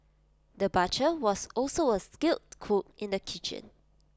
the butcher was also A skilled cook in the kitchen